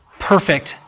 perfect